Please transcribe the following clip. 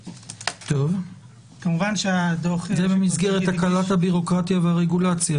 זה במסגרת הקלת הבירוקרטיה והרגולציה,